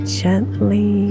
gently